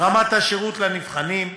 רמת השירות לנבחנים,